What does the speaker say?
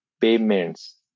payments